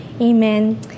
Amen